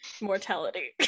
mortality